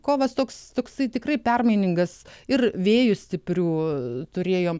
kovas toks toksai tikrai permainingas ir vėjų stiprių turėjom